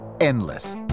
endless